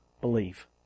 believe